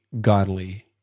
godly